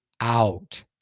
out